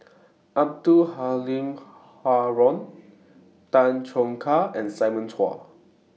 Abdul Halim Haron Tan Choo Kai and Simon Chua